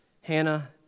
Hannah